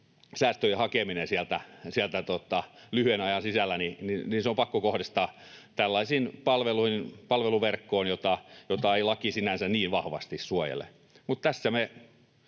säästöjen hakeminen sieltä lyhyen ajan sisällä on pakko kohdistaa tällä lailla palveluverkkoon, jota ei laki sinänsä niin vahvasti suojele.